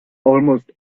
almost